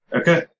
Okay